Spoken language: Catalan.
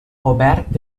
obert